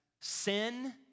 sin